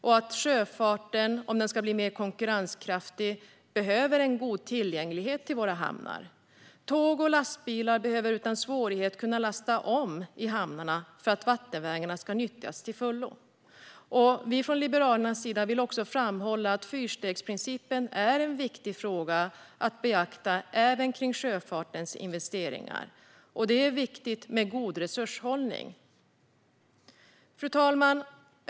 Om sjöfarten ska bli mer konkurrenskraftig behöver den en god tillgänglighet till våra hamnar. Tåg och lastbilar behöver utan svårighet lasta om i hamnarna för att vattenvägarna ska kunna nyttjas till fullo. Liberalerna vill också framhålla att fyrstegsprincipen är en viktig fråga att beakta även när det gäller sjöfartens investeringar. Det är viktigt med god resurshushållning. Fru talman!